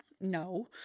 no